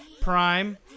prime